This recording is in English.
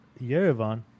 Yerevan